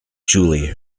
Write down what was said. julie